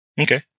Okay